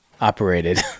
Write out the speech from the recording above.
operated